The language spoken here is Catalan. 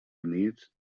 units